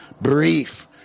brief